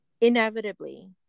inevitably